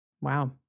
Wow